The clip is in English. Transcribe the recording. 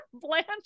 blanche